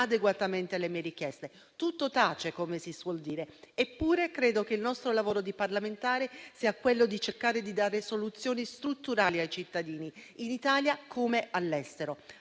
alle mie richieste. Tutto tace, come si suol dire, eppure credo che il nostro lavoro di parlamentari sia quello di cercare di dare soluzioni strutturali ai cittadini, in Italia come all'estero.